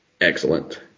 excellent